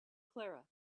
clara